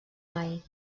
mai